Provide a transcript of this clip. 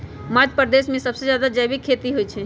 मध्यप्रदेश में सबसे जादा जैविक खेती होई छई